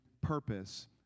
purpose